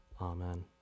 Amen